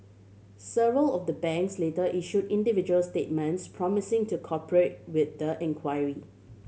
several of the banks later issued individual statements promising to cooperate with the inquiry